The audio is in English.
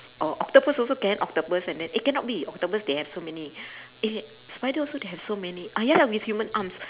or octopus also can octopus and then eh cannot be octopus they have so many eh spider also they have so many ah ya lah with human arms